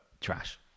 trash